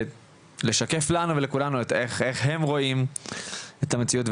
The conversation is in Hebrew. ולשקף לנו ולכולנו את איך הם רואים את המציאות,